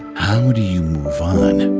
how do you move on